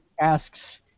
asks